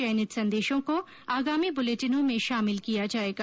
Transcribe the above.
चयनित संदेशों को आगामी बूलेटिनों में शामिल किया जाएगा